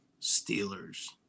Steelers